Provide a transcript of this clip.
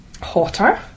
hotter